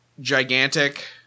gigantic